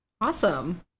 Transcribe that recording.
Awesome